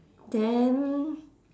then